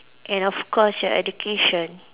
and of course your education